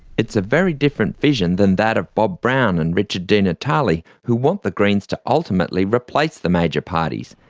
it's a very different vision than that of bob brown and richard di natale who want the greens to ultimately replace the major parties,